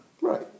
right